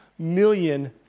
million